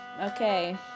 Okay